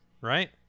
right